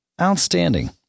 Outstanding